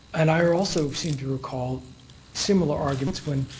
and i also seem to recall similar arguments when